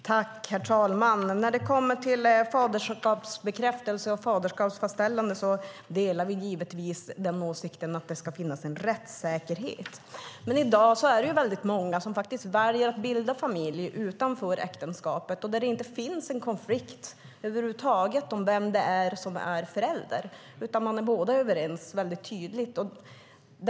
Herr talman! När det kommer till faderskapsbekräftelse och faderskapsfastställande delar vi givetvis åsikten att det ska finnas en rättssäkerhet. I dag finns dock väldigt många som väljer att bilda familj utanför äktenskapet och där det inte finns en konflikt över huvud taget om vem det är som är förälder utan där båda är väldigt tydligt överens.